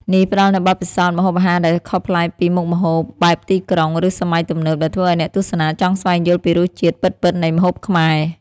នេះផ្តល់នូវបទពិសោធន៍ម្ហូបអាហារដែលខុសប្លែកពីមុខម្ហូបបែបទីក្រុង ឬសម័យទំនើប ដែលធ្វើឲ្យអ្នកទស្សនាចង់ស្វែងយល់ពីរសជាតិពិតៗនៃម្ហូបខ្មែរ។